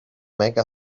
make